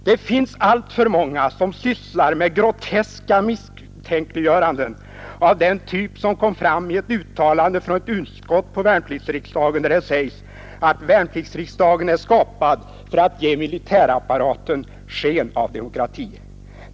Det finns alltför många som sysslar med groteska misstänkliggöranden av den typ som kom fram i ett uttalande från ett utskott på värnpliktsriksdagen, där det sägs att ”värnpliktsriksdagen är skapad för att ge militärapparaten sken av demokrati”.